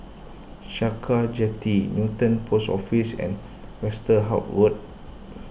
Sakra Jetty Newton Post Office and Westerhout Road